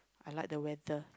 I like the weather